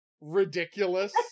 ridiculous